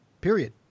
Period